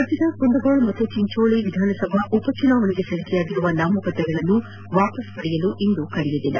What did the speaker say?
ರಾಜ್ಯದ ಕುಂದಗೋಳ ಮತ್ತು ಚಿಂಚೋಳಿ ವಿಧಾನಸಭಾ ಉಪ ಚುನಾವಣೆಗೆ ಸಲ್ಲಿಕೆಯಾಗಿರುವ ನಾಮಪತ್ರಗಳನ್ನು ವಾಪಸ್ ಪಡೆಯಲು ಇಂದು ಕಡೆಯ ದಿನ